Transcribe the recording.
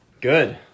Good